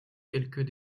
quelques